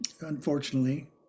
unfortunately